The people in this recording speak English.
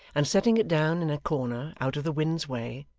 and setting it down in a corner out of the wind's way,